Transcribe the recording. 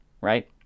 right